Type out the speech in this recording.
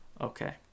Okay